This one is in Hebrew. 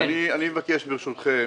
אני אבקש, ברשותכם,